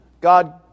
God